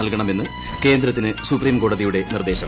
നൽകണമെന്ന് കേന്ദ്രത്തിന് സൂപ്രീംകോടതിയുടെ നിർദ്ദേശം